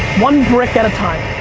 one brick at a time.